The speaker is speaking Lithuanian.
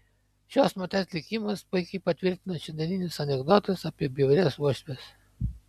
šios moters likimas puikiai patvirtina šiandieninius anekdotus apie bjaurias uošves